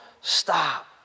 stop